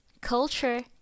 culture